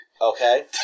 Okay